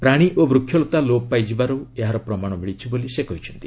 ପ୍ରାଣୀ ଓ ବୃକ୍ଷଲତା ଲୋପ ପାଇଯିବାରୁ ଏହାର ପ୍ରମାଣ ମିଳିଛି ବୋଲି ସେ କହିଛନ୍ତି